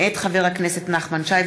מאת חברי הכנסת נחמן שי,